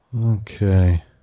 Okay